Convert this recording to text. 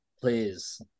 Please